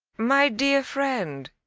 my dear friend,